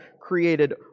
created